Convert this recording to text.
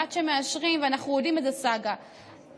עד שמאשרים, אנחנו יודעים איזו סאגה זו.